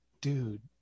dude